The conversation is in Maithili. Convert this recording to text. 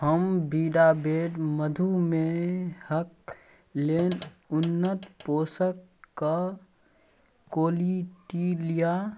हम विडावैड मधुमेहक लेल ऊन्नत पोषक कऽ कोलिटिलिया